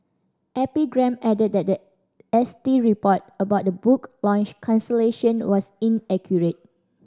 epigram added that the S T report about the book launch cancellation was inaccurate